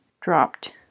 dropped